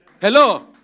Hello